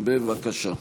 בבקשה.